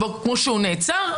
כמו שהוא נעצר,